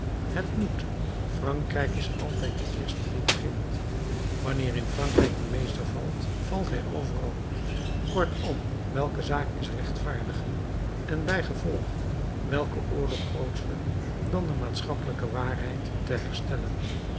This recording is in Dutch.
het moet frankrijk is altijd de eerste die begint wanneer in frankrijk de meester valt valt hij overal kortom welke zaak is rechtvaardiger en bijgevolg welke oorlog grootscher dan de maatschappelijke waarheid te herstellen